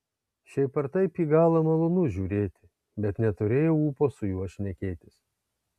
šiaip ar taip į galą malonu žiūrėti bet neturėjau ūpo su juo šnekėtis